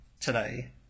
today